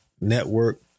network